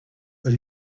but